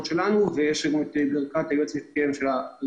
שלנו ויש לו את ברכת היועץ המשפטי לממשלה.